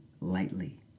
lightly